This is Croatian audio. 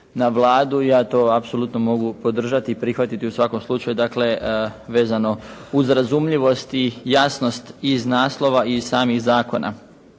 na Vladu i ja to apsolutno mogu podržati i prihvatiti u svakom slučaju. Dakle, vezano uz razumljivost i jasnost iz naslova i iz samih zakona.